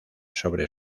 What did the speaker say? sobre